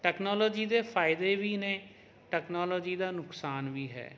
technology ਦੇ ਫਾਇਦੇ ਵੀ ਨੇ ਟੈਕਨੋਲੋਜੀ ਦਾ ਨੁਕਸਾਨ ਵੀ ਹੈ